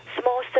small